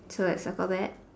so let's circle that